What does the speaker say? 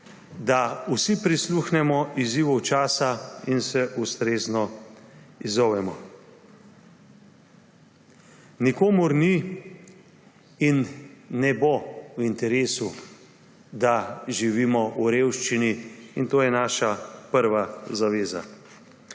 da vsi prisluhnemo izzivu časa in se ustrezno odzovemo. Nikomur ni in ne bo v interesu, da živimo v revščini; in to je naša prva zaveza.